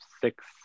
six